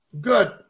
Good